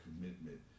commitment